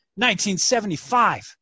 1975